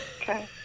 Okay